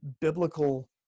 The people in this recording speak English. biblical